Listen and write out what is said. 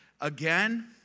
again